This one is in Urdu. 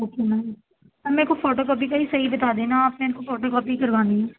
اوکے میم میم میرے کو فوٹو کاپی کا ہی صحیح بتا دینا آپ میرے کو فوٹو کاپی کروانی ہے